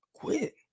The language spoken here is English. quit